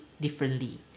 differently